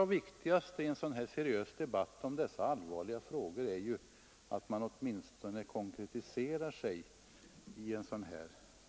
Det angelägnaste i en seriös debatt om dessa viktiga frågor är ju att man konkretiserar sig.